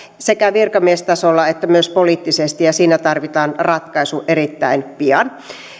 sekä virkamiestasolla että myös poliittisesti ja siinä tarvitaan ratkaisu erittäin pian